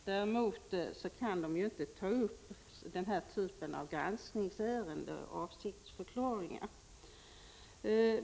Däremot kan de inte ta upp avsiktsförklaringar som granskningsärenden.